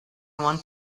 want